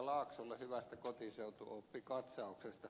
laaksolle hyvästä kotiseutuoppikatsauksesta